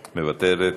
מוותרת,